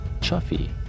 Chuffy